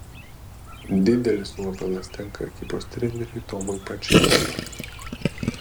didelis nuopelnas tenka ekipos treneriui tomui pačėsui